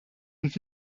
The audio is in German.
und